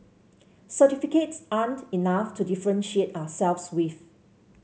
certificates aren't enough to differentiate ourselves with